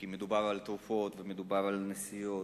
כי מדובר על תרופות ומדובר על נסיעות,